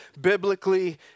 biblically